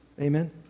Amen